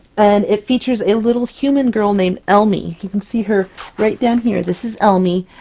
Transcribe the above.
and it features a little human girl named elmy. you can see her right down here, this is elmy,